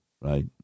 right